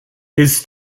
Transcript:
his